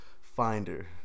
Finder